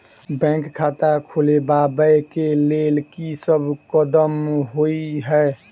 Bank खाता खोलबाबै केँ लेल की सब कदम होइ हय?